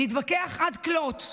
נתווכח עד כלות,